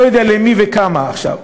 לא יודע למי וכמה עכשיו.